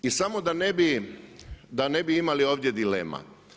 I samo da ne bi imali ovdje dilema.